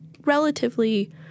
relatively